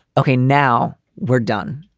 okay. now we're done.